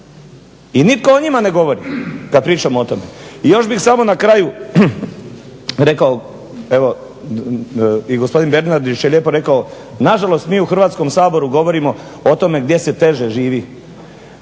i nitko o njima ne govori kad pričamo o tome. I još bih samo na kraju rekao, evo i gospodin Bernardić je lijepo rekao, nažalost mi u Hrvatskom saboru govorimo o tome gdje se teže živi